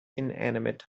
inanimate